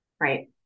Right